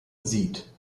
sieht